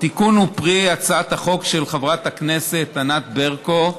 התיקון הוא פרי הצעת החוק של חברת הכנסת ענת ברקו,